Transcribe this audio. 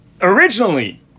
originally